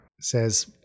says